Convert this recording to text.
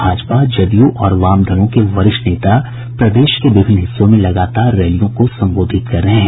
भाजपा जदयू और वाम दलों के वरिष्ठ नेता प्रदेश के विभिन्न हिस्सों में लगातार रैलियों को संबोधित कर रहे हैं